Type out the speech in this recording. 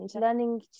Learning